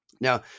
Now